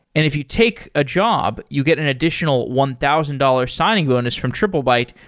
if you take a job, you get an additional one thousand dollars signing bonus from triplebyte,